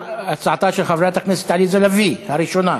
ההצעה להעביר את הצעת חוק הביטוח הלאומי (תיקון,